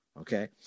Okay